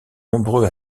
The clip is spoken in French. nombreux